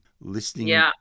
listening